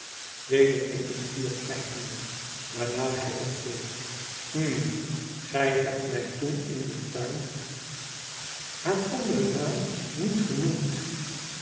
weder in het vuur kijkende waarna hij opkeek hm gij hebt mij toen in den tuin haar anderen naam niet genoemd